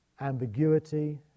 ambiguity